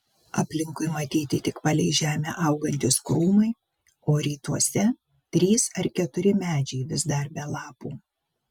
aplinkui matyti tik palei žemę augantys krūmai o rytuose trys ar keturi medžiai vis dar be lapų